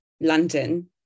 london